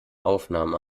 aufnahme